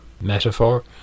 metaphor